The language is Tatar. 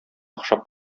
охшап